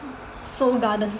Seoul Garden